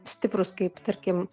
stiprūs kaip tarkim